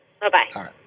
Bye-bye